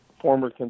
Former